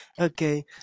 Okay